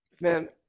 Man